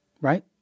Right